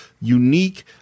unique